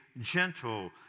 gentle